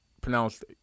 pronounced